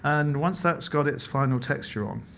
and once that's got it's final texture on